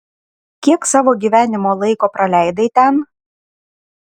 kiek savo gyvenimo laiko praleidai ten